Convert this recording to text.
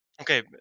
Okay